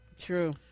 True